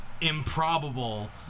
improbable